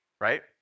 right